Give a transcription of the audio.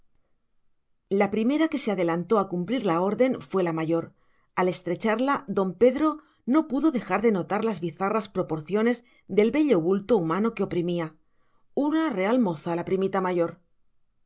la primera que se adelantó a cumplir la orden fue la mayor al estrecharla don pedro no pudo dejar de notar las bizarras proporciones del bello bulto humano que oprimía una real moza la primita mayor